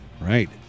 Right